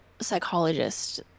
psychologist